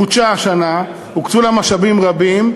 חודשה השנה והוקצו לה משאבים רבים,